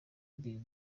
bill